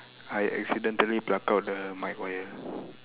I accidentally pluck out the mic wire